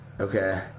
Okay